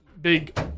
big